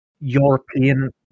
European